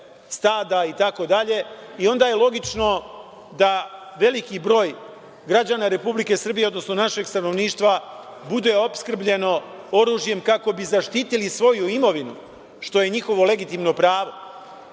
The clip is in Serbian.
stada itd, i onda je logično da veliki broj građana Republike Srbije, odnosno našeg stanovništva bude opskrbljeno oružjem kako bi zaštitili svoju imovinu, što je njihovo legitimno pravo.U